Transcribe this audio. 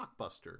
blockbuster